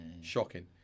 shocking